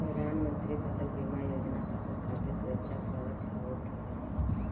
प्रधानमंत्री फसल बीमा योजना फसल खातिर सुरक्षा कवच हवे